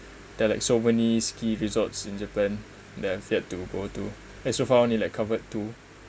there are like so many ski resorts in japan that I've yet to go to and so far I've only like covered two